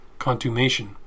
contumation